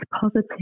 positive